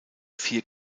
vier